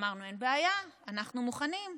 אמרנו: אין בעיה, אנחנו מוכנים.